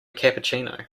cappuccino